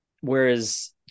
Whereas